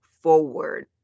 Forward